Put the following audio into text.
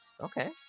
Okay